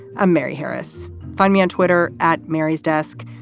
i'm mary harris. find me on twitter at mary's desk.